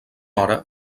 hora